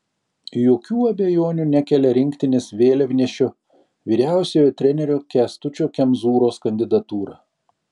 jokių abejonių nekelia rinktinės vėliavnešio vyriausiojo trenerio kęstučio kemzūros kandidatūra